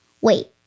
Wait